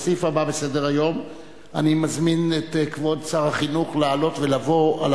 ולסעיף הבא בסדר-היום אני מזמין את כבוד שר החינוך לעלות ולבוא אל